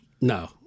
No